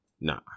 Nah